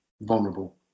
vulnerable